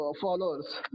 followers